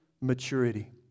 maturity